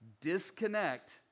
Disconnect